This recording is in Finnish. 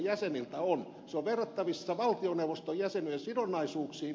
se on verrattavissa valtioneuvoston jäsenten sidonnaisuuksiin